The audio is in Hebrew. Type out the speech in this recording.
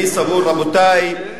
אני סבור, רבותי,